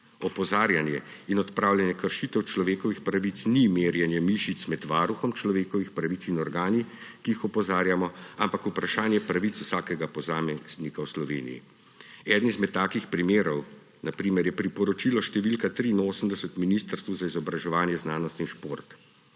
Opozarjanje in odpravljanje kršitev človekovih pravic ni merjenje mišic med Varuhom človekovih pravic in organi, ki jih opozarjamo, ampak vprašanje pravic vsakega posameznika v Sloveniji. Eden izmed takih primerov je priporočilo številka 83 Ministrstvu za izobraževanje, znanost in šport.